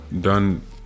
done